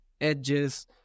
edges